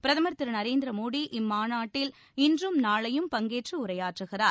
பிரதமர் திரு நரேந்திர மோடி இம்மாநாட்டில் இன்றும் நாளையும் பங்கேற்று உரையாற்றுகிறார்